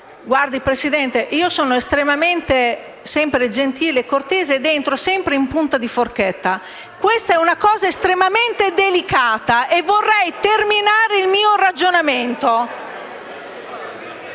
Signor Presidente, io sono sempre estremamente gentile e cortese ed entro sempre in punta di forchetta. Questo è un tema estremamente delicato e vorrei terminare il mio ragionamento.